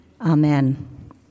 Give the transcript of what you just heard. Amen